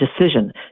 decision